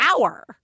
hour